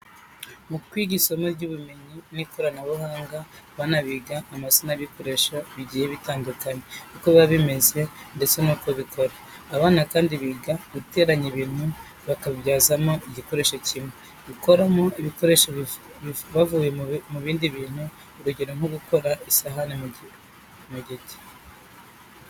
Mu kwigisha isomo ry'ubumenyi n'ikoranabuhanga, abana biga amazina y'ibikoresho bigiye bitandukanye, uko biba bimeze ndetse n'uko bikora. Abana kandi biga, guteranya ibintu bakabibyazamo igikoresho kimwe, gukora ibikoresho bivuye mu bindi bintu, urugero nko gukora isahani mu giti.